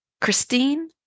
Christine